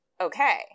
Okay